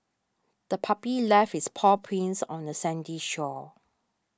the puppy left its paw prints on the sandy shore